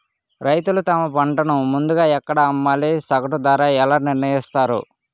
రైతులు తమ పంటను ముందుగా ఎక్కడ అమ్మాలి? సగటు ధర ఎలా నిర్ణయిస్తారు?